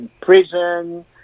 prison